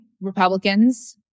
Republicans